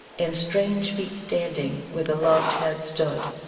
and strange feet standing where the loved had stood,